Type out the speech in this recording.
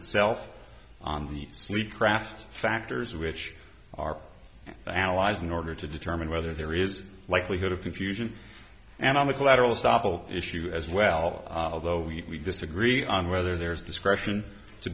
itself on the sleeve craft factors which are allies in order to determine whether there is a likelihood of confusion and on the collateral estoppel issue as well although we disagree on whether there's discretion to